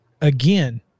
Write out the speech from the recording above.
again